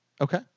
okay